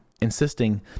insisting